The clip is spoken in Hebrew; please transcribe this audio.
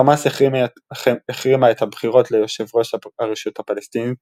חמאס החרימה את הבחירות ליושב ראש הרשות הפלסטינית